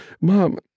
mom